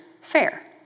fair